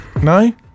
No